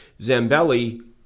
Zambelli